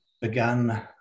began